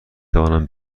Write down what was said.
توانم